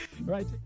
Right